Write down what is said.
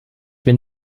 wenn